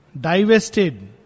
Divested